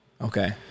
Okay